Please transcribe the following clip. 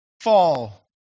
fall